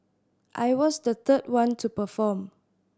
I was the third one to perform